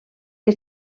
que